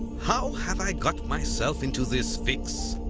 how have i got myself in to this fix?